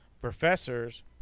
professors